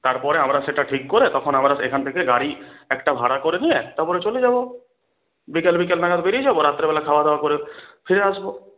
তার পরে আমরা সেটা ঠিক করে তখন আমরা এখান থেকে গাড়ি একটা ভাড়া করে নিয়ে তার পরে চলে যাব বিকেল বিকেল নাগাদ বেরিয়ে যাব রাত্রেবেলা খাওয়া দাওয়া করে ফিরে আসব